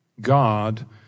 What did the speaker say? God